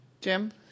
Jim